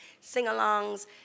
sing-alongs